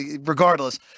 regardless